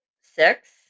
six